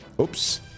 Oops